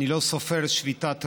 אני לא סופר שביתת רעב,